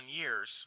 years